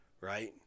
Right